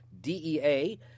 DEA